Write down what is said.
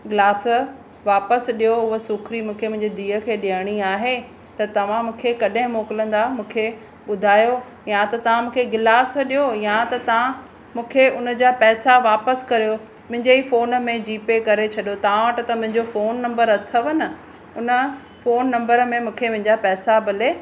गिलास वापसि ॾियो हुअ सूखड़ी मूंखे मुंहिंजी धीअ खे ॾियणी आहे त तव्हां मूंखे कॾहिं मोकिलिंदा मूंखे ॿुधायो या त तव्हां मूंखे गिलास ॾियो या त तव्हां मूंखे उनजा पैसा वापसि कयो मुंहिंजे ई फ़ोन में जी पे करे छॾियो तव्हां वटि त मुंहिंजो फ़ोन नंबर अथव न उन फ़ोन नंबर में मूंखे मुंहिंजा पैसा भले